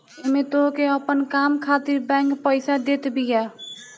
एमे तोहके अपन काम खातिर बैंक पईसा देत बिया